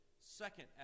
second